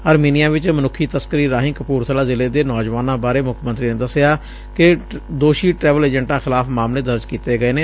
Armenia ਵਿਚ ਮਨੁੱਖੀ ਤਸੱਕਰੀ ਰਾਹੀਂ ਕਪੂਰਬਲਾ ਜ਼ਿਲ੍ਹੇ ਦੇ ਨੌਜੁਆਨਾਂ ਬਾਰੇ ਮੁੱਖ ਮੰਤਰੀ ਨੇ ਦਸਿਆ ਕਿ ਦੋਸ਼ੀ ਟਰੈਵਲ ਏਜੰਟਾ ਖਿਲਾਫ਼ ਮਾਮਲੇ ਦਰਜ ਕੀਤੇ ਗਏ ਨੇ